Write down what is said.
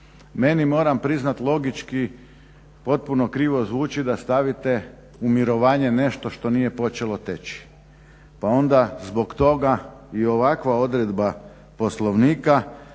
Meni moram priznati logički potpuno krivo zvuči da stavite u mirovanje nešto što nije počelo teći. Pa onda zbog toga i ovakva odredba Poslovnika